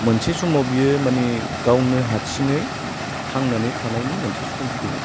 मोनसे समाव बियो मानि गावनो हारसिङै थांनानै थानायनि मोनसे सम फैयो